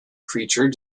creature